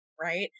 right